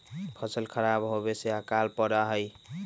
फसल खराब होवे से अकाल पडड़ा हई